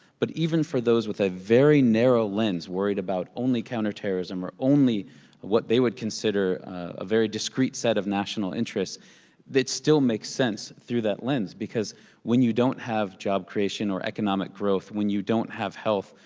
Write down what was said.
but even for those with a very narrow lens, worried about only counterterrorism or only what they would consider a very discrete set of national interests that still make sense through that lens because when you don't have job creation or economic growth, when you don't have health,